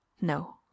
No